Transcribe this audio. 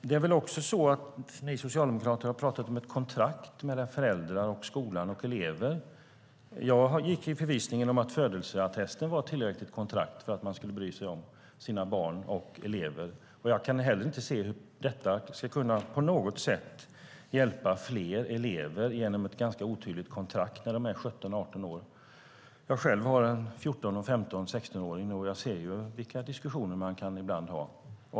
Det är väl också så att ni socialdemokrater har pratat om ett kontrakt mellan föräldrar, skola och elever. Jag levde i förvissningen om att födelseattesten var ett tillräckligt kontrakt för att man skulle bry sig om sina barn och elever. Jag kan inte heller se hur detta på något sätt ska kunna hjälpa fler elever, genom ett ganska otydligt kontrakt när de är 17-18 år. Jag har själv en 14 och en 15-16-åring, och jag vet vilka diskussioner man kan ha ibland.